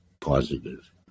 positive